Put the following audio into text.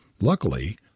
Luckily